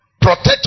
protect